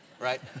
right